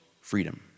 freedom